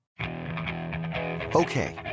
Okay